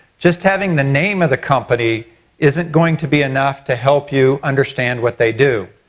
just having the name of the company isn't going to be enough to help you understand what they do.